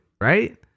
right